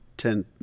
Ten